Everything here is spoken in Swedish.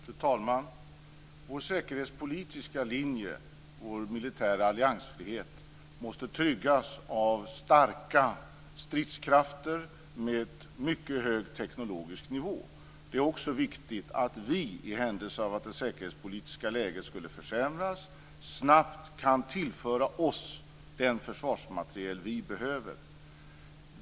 Fru talman! Vår säkerhetspolitiska linje, vår militära alliansfrihet, måste tryggas av starka stridskrafter med mycket hög teknologisk nivå. Det är också viktigt att vi i händelse av att det säkerhetspolitiska läget skulle försämras snabbt kan tillföra oss den försvarsmateriel vi behöver.